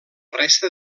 resta